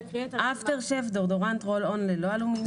אפטר שייב, דיאודורנט, רול און ללא אלומיניום.